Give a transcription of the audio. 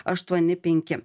aštuoni penki